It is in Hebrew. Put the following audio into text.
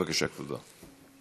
בבקשה, כבודו.